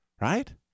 right